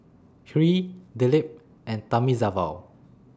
Hri Dilip and Thamizhavel